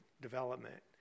development